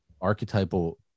archetypal